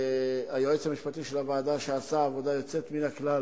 היועץ המשפטי של הוועדה, שעשה עבודה יוצאת מן הכלל